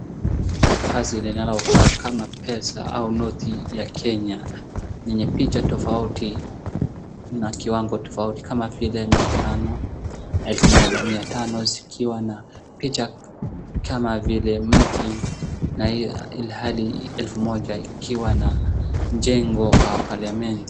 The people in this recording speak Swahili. Karatasi linalo kaa kama pesa au noti ya kenya yenye picha tofauti na kiwango tofauti kama vile mia tano na elfu moja. Mia tano zikiwa na picha kama vile mti, na ilhali elfu moja ikiwa na mjengo wa paliamenti.